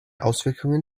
auswirkungen